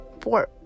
Four